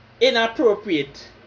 inappropriate